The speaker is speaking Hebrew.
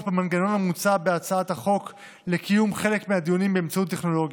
במנגנון המוצע בהצעת החוק לקיום חלק מהדיונים באמצעים טכנולוגיים.